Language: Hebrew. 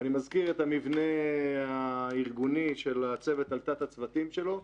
אני מזכיר את המבנה הארגוני של הצוות על תת הצוותים שלו.